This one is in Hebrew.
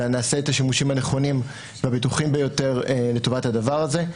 אלא נעשה את השימושים הנכונים והבטוחים ביותר לטובת הדבר הזה.